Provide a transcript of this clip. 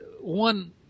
one